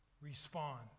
respond